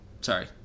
Sorry